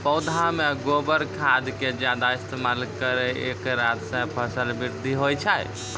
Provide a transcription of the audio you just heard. पौधा मे गोबर खाद के ज्यादा इस्तेमाल करौ ऐकरा से फसल बृद्धि होय छै?